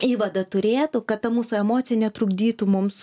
įvadą turėtų kad ta mūsų emocija netrukdytų mums